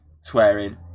swearing